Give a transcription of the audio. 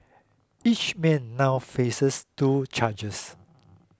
each man now faces two charges